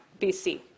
BC